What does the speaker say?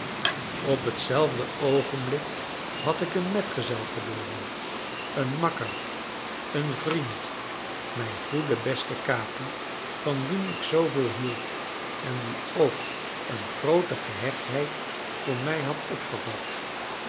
op hetzelfde oogenblik had ik een metgezel verloren een makker een vriend mijn goeden besten capi van wien ik zooveel hield en die ook een groote gehechtheid voor mij had opgevat